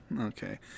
Okay